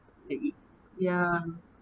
that it ya